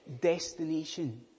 destination